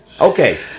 Okay